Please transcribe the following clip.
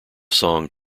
song